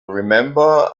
remember